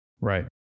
Right